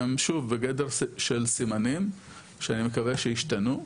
והם שוב בגדר סימנים שאני מקווה שהם ישתנו,